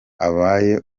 abaye